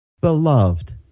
Beloved